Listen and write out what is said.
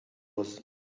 was